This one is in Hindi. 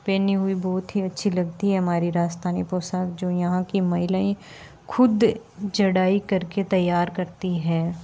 पहनी हुई बहुत ही अच्छी लगती है हमारे राजस्थानी पोशाक जो यहाँ की महिलाएँ खुद ज़राई करके तैयार करती हैं